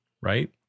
right